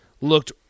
looked